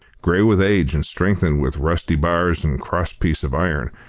grey with age and strengthened with rusty bars and cross-pieces of iron,